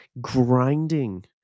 Grinding